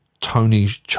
Tony's